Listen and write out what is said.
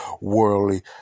worldly